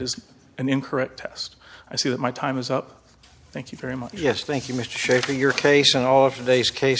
is an incorrect test i see that my time is up thank you very much yes thank you miss schaefer your case and all of today's case